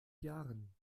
jahren